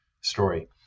story